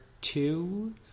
two